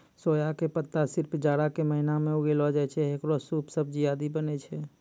सोया के पत्ता सिर्फ जाड़ा के महीना मॅ उगैलो जाय छै, हेकरो सूप, सब्जी आदि बनै छै